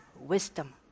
wisdom